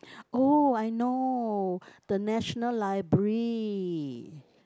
oh I know the National Library